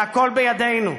זה הכול בידינו.